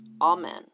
Amen